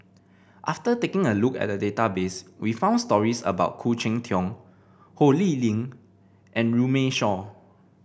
after taking a look at the database we found stories about Khoo Cheng Tiong Ho Lee Ling and Runme Shaw